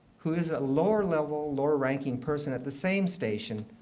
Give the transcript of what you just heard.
who is a lower-level, lower-ranking person at the same station,